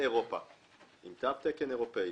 עם תו תקן אירופי,